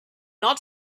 not